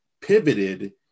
pivoted